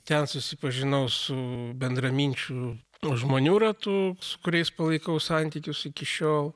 ten susipažinau su bendraminčių nu žmonių ratu su kuriais palaikau santykius iki šiol